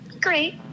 Great